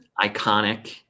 iconic